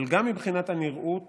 אבל גם מבחינת הנראות